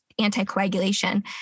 anticoagulation